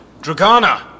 Dragana